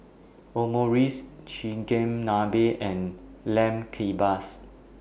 Omurice Chigenabe and Lamb Kebabs